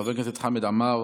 חבר הכנסת חמד עמאר